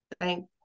Thank